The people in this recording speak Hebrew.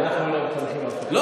אנחנו לא מחנכים אותה.